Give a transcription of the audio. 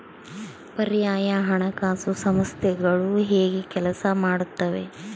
ಪರ್ಯಾಯ ಹಣಕಾಸು ಸಂಸ್ಥೆಗಳು ಹೇಗೆ ಕೆಲಸ ಮಾಡುತ್ತವೆ?